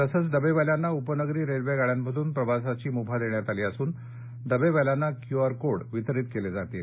तसंच डबेवाल्यांना उपनगरी रेल्वे गाड्यांमधून प्रवासाची मुभा देण्यात आली असून डबेवाल्यांना क्यू आर कोड वितरीत केले जाणार आहेत